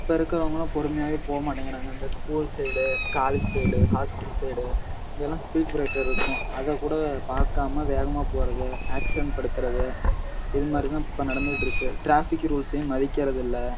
இப்போ இருக்கிறவங்களாம் பொறுமையாகவே போக மாட்டேங்கிறாங்க இந்த school side college side hospital side இங்கே எல்லாம் ஸ்பீட் ப்ரேக்கர் இருக்கும் அதைக்கூட பார்க்காம வேகமாக போகிறது ஆக்சிரண்ட் படுத்துறது இது மாதிரி தான் இப்போ நடந்துகிட்ருக்கு ட்ராஃபிக்கு ரூல்ஸையும் மதிக்கறதில்லை